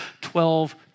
Twelve